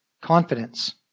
Confidence